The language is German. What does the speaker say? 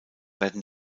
werden